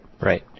Right